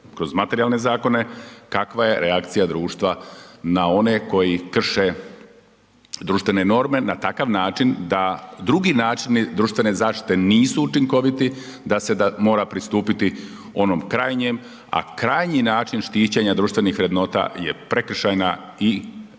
kroz materijalne zakone, kakva je reakcija društva na one koji krše društvene norme na takav način da drugi načini društvene zaštite nisu učinkoviti, da se da mora pristupiti onom krajnjem, a krajnji način štićenja društvenih vrednota je prekršajna i kaznena